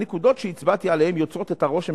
הנקודות שהצבעתי עליהן יוצרות את הרושם